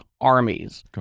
armies